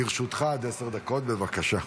לרשותך עד עשר דקות, בבקשה.